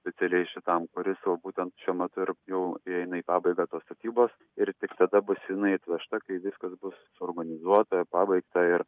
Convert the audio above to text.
specialiai šitam kuris vat būtent šiuo metu ir jau eina į pabaigą tos statybos ir tik tada bus jinai atvežta kai viskas bus suorganizuota pabaigta ir